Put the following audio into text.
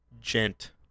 Gent